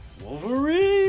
Wolverine